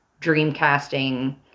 dreamcasting